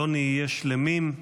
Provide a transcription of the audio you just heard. לא נהיה שלמים,